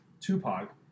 Tupac